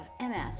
MS